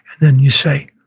then you say,